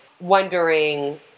wondering